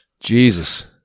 Jesus